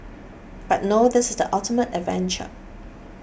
but no this is the ultimate adventure